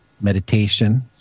meditation